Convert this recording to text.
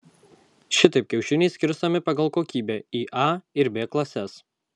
šitaip kiaušiniai skirstomi pagal kokybę į a ir b klases